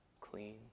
clean